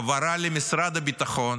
העברה למשרד הביטחון